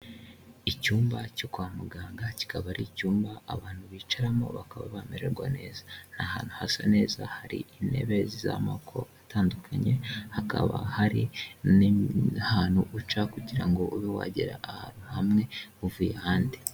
Icyumba cyo kwa muganga kikaba ari icyumba abantu bicaramo bakaba bamererwa neza, ni ahantu hasa neza hari intebe z'amoko atandukanye, hakaba hari n'ahantu uca kugira ube wagera ahantu hamwe uvuye ahandi.